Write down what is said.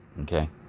okay